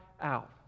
out